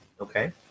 Okay